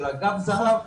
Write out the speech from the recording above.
של אגף זה"ב,